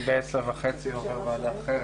אני בעשר וחצי עובר לוועדה אחרת.